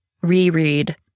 reread